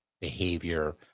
behavior